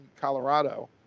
Colorado